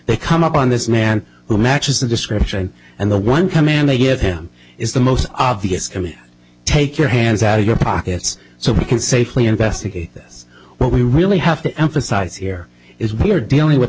they come upon this man who matches the description and the one command they give him is the most obvious i mean take your hands out of your pockets so we can safely investigate this what we really have to emphasize here is we're dealing with